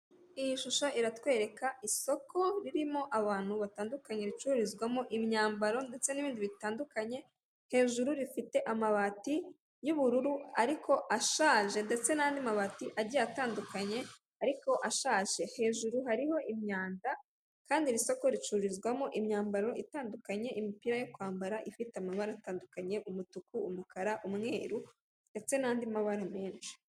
Iyi shusho iratwereka isoko ririmo abantu batandukanye ricururizwamo imyambaro, ndetse n'ibindi bitandukanye, hejuru rifite amabati y'ubururu ariko ashaje ndetse n'andi mabati agiye atandukanye ariko ashaje, hejuru hariho imyanda kandi iri soko ricururizwamo imyambaro itandukanye imipira yo kwambara, ifite amabara atandukanye umutuku, umukara, umweru, ndetse n'andi mabara menshi.